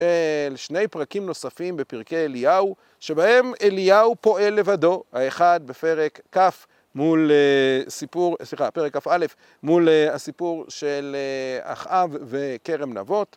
שני פרקים נוספים בפרקי אליהו, שבהם אליהו פועל לבדו, האחד בפרק כ' מול סיפור, סליחה, פרק כ"א, מול הסיפור של אחאב וכרם נבות.